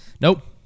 Nope